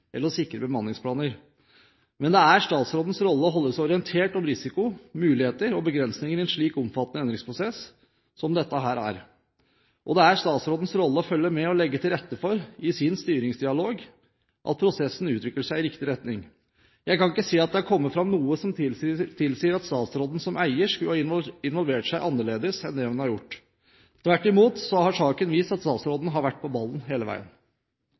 eller å sikre bemanningsplaner. Men det er statsrådens rolle å holde seg orientert om risiko, muligheter og begrensninger i en slik omfattende endringsprosess som dette er, og det er statsrådens rolle i sin styringsdialog å følge med på og legge til rette for at prosessen utvikler seg i riktig retning. Jeg kan ikke se at det har kommet fram noe som tilsier at statsråden som eier skulle involvert seg annerledes enn det hun har gjort – tvert imot har saken vist at statsråden har vært på ballen hele veien.